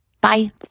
Bye